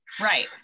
Right